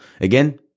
Again